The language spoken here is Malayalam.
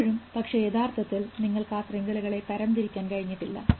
ഇപ്പോഴും പക്ഷേ യഥാർത്ഥത്തിൽ നിങ്ങൾക്ക് ആ ശൃംഖലകളെ തരംതിരിക്കാൻ കഴിഞ്ഞിട്ടില്ല